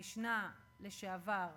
המשנה לשעבר,